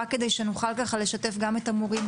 רק כדי שנוכל לשתף גם את המורים,